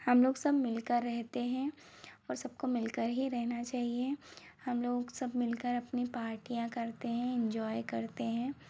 हम लोग सब मिलकर रहते हैं और सबको मिलकर ही रहना चाहिए हम लोग सब मिलकर अपनी पार्टीयां करते हैं एन्जॉय करते हैं